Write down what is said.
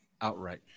outright